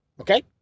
okay